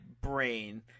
brain